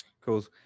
cool